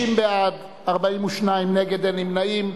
45 בעד, 61 נגד, אין נמנעים.